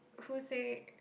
who say